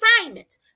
assignment